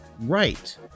right